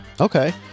Okay